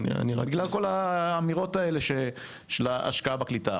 בגלל האמירות האלה של 'ההשקעה בקליטה'.